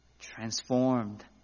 transformed